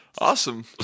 Awesome